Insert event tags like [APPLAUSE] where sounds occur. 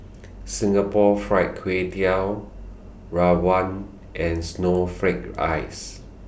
[NOISE] Singapore Fried Kway Tiao Rawon and Snowflake Ice